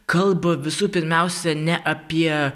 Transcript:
kalba visų pirmiausia ne apie